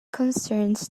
concerns